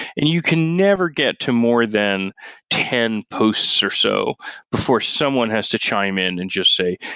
and you can never get to more than ten posts or so before someone has to chime in and just say,